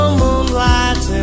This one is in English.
moonlight